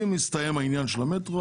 אם יסתיים העניין של המטרו,